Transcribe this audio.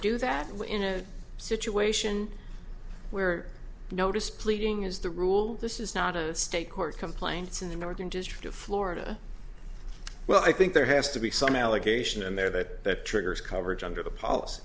do that in a situation where notice pleading is the rule this is not a state court complaints in the northern district of florida well i think there has to be some allegation and there that triggers coverage under the policy